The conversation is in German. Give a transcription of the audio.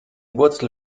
wurzel